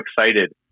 excited